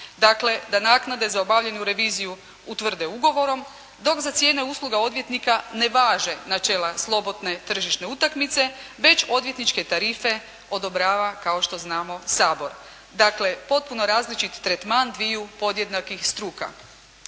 dakle da naknade za obavljenu reviziju utvrde ugovorom, dok za cijene usluga odvjetnika ne važe načela slobodne tržišne utakmice, već odvjetničke tarife odobrava, kao što znamo Sabor. Dakle, potpuno različit tretman dviju podjednakih struka.